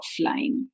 offline